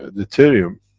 ah deuterium,